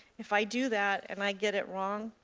if i do that and i get it wrong,